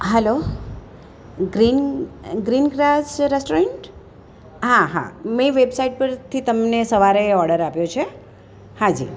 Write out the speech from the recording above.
hello green green grass restaurant હા હા મેં વેબસાઇટ પરથી તમને સવારે ઓડર આપ્યો છે હા જી